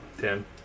ten